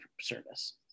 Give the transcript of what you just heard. service